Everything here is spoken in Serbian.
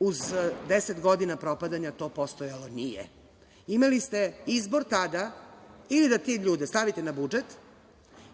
Uz 10 godina propadanja to postojalo nije. Imali ste izbor tada i da te ljude stavite na budžet